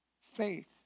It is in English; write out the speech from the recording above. Faith